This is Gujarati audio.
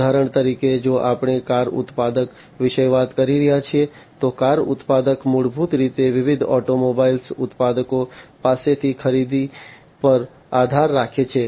ઉદાહરણ તરીકે જો આપણે કાર ઉત્પાદક વિશે વાત કરી રહ્યા છીએ તો કાર ઉત્પાદક મૂળભૂત રીતે વિવિધ ઓટોમોબાઈલ ઉત્પાદકો પાસેથી ખરીદી પર આધાર રાખે છે